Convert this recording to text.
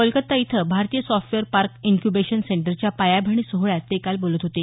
कोलकाता इथं भारतीय software park incubation सेंटरच्या पायाभरणी सोहळ्यात ते काल बोलत होते